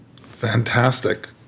Fantastic